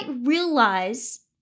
realize